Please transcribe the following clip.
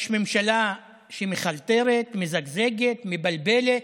יש ממשלה שמחלטרת, מזגזגת, מבלבלת,